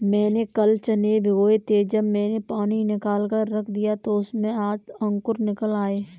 मैंने कल चने भिगोए थे जब मैंने पानी निकालकर रख दिया तो उसमें आज अंकुर निकल आए